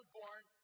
born